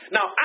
Now